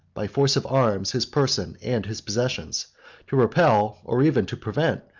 by force of arms, his person and his possessions to repel, or even to prevent,